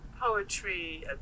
poetry